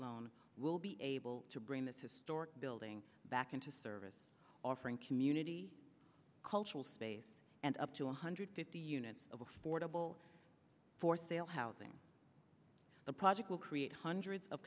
loan will be able to bring this historic building back into service offering community cultural space and up to one hundred fifty units of affordable for sale housing the project will create hundreds of